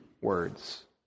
words